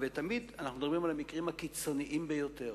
ותמיד אנחנו מדברים על המקרים הקיצוניים ביותר,